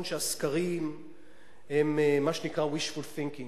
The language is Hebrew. שהסקרים הם מה שנקרא wishful thinking.